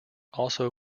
also